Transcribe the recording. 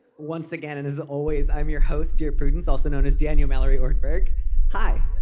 once again and as always. i'm your host dear prudence also known as daniel mallory or edberg hi